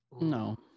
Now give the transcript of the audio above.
no